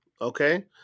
Okay